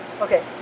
okay